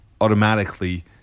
automatically